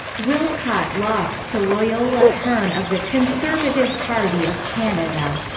willcott lost to loyola hearn of the conservative party of canada.